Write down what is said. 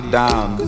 down